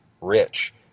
rich